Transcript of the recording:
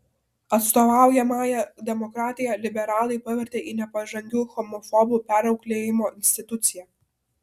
atstovaujamąja demokratiją liberalai pavertė į nepažangių homofobų perauklėjimo instituciją